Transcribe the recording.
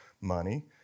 money